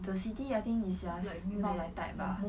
the city I think it's just not my type bah